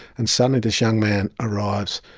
and suddenly this young man arrives,